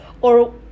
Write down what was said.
or-